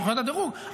סוכנויות הדירוג,